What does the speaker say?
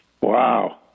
Wow